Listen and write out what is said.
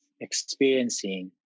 experiencing